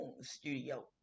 studio